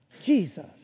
Jesus